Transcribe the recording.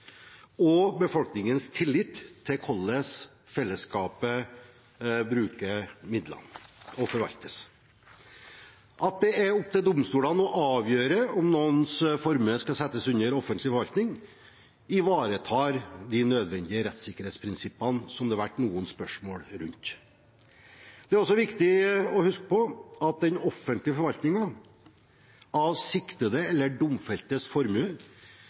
og befolkningens tillit til hvordan fellesskapet bruker midlene, hvordan de forvaltes. At det er opp til domstolene å avgjøre om noens formue skal settes under offentlig forvaltning, ivaretar de nødvendige rettssikkerhetsprinsippene, som det har vært noen spørsmål rundt. Det er også viktig å huske på at den offentlige forvaltningen av siktedes eller domfeltes formue